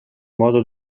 modo